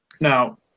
Now